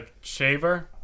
shaver